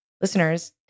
listeners